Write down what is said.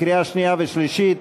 לקריאה שנייה ולקריאה שלישית.